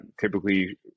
typically